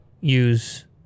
use